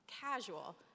casual